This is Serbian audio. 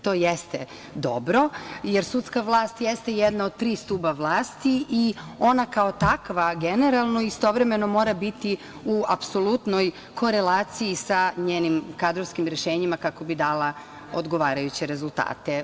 To jeste dobro, jer sudska vlast jeste jedna od tri stuba vlati i ona kao takva, generalno i istovremeno mora biti u apsolutnoj korelaciji sa njenim kadrovskim rešenjima kako bi dala odgovarajuće rezultate.